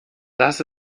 das